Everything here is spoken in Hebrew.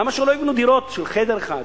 למה שלא יבנו דירות של חדר אחד,